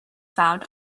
found